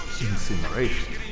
incineration